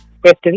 question